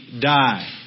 die